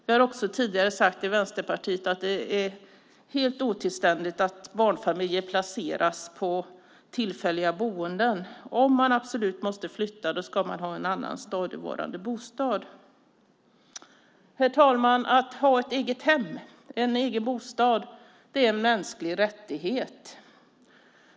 Vi har också tidigare sagt i Vänsterpartiet att det är helt otillständigt att barnfamiljer placeras på tillfälliga boenden. Om man absolut måste flytta ska man ha en annan stadigvarande bostad. Herr talman! Att ha ett eget hem, en egen bostad, är en mänsklig rättighet.